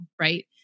right